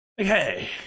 Okay